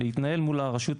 להתנהל מול הרשות,